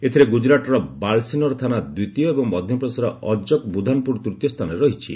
ଏଥିରେ ଗୁଜୁରାଟ୍ର ବାଲାସିନର୍ ଥାନା ଦ୍ୱିତୀୟ ଏବଂ ମଧ୍ୟପ୍ରଦେଶର ଅଜ୍କ୍ ବୁଧାନପୁର ତୂତୀୟ ସ୍ଥାନରେ ରହିଛି